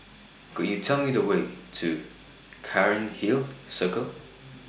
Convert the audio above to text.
Could YOU Tell Me The Way to Cairnhill Circle